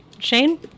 Shane